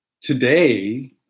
today